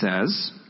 says